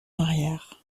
arrière